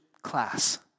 class